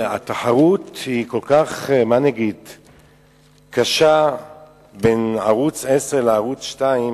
התחרות היא כל כך קשה בין ערוץ-10 לערוץ-2,